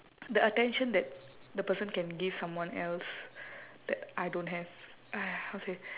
the attention that the person can give someone else that I don't have !aiya! how to say